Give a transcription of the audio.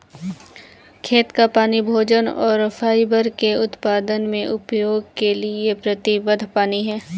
खेत का पानी भोजन और फाइबर के उत्पादन में उपयोग के लिए प्रतिबद्ध पानी है